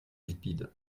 lipides